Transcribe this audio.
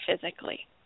physically